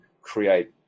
create